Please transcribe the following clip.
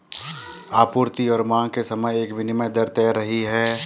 आपूर्ति और मांग के समय एक विनिमय दर तैर रही है